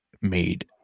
made